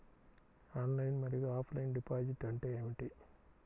Online మరియు offline deposit అంటే ఏమిటి?